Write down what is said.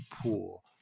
pool